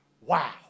Wow